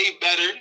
better